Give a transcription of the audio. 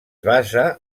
basa